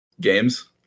games